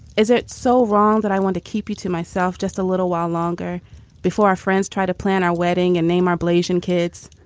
is it so wrong that i want to keep you to myself? just a little while longer before our friends try to plan our wedding and name our blazin kids?